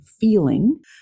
feeling